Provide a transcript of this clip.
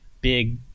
big